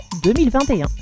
2021